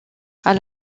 elle